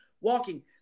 walking